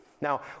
Now